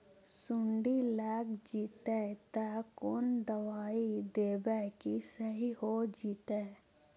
सुंडी लग जितै त कोन दबाइ देबै कि सही हो जितै?